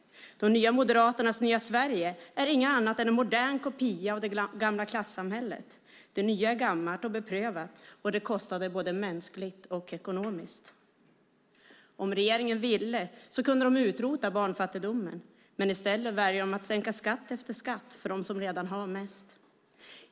Nya Moderaternas Nya Sverige är inget annat än en modern kopia av det gamla klassamhället. Det nya är gammalt och beprövat, och det kostade både mänskligt och ekonomiskt. Om regeringen ville kunde de utrota barnfattigdomen. I stället väljer de att sänka skatt efter skatt för dem som redan har mest.